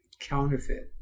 counterfeit